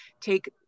take